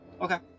Okay